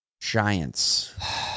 Giants